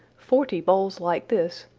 forty bowls like this,